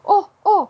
oh oh